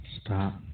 stop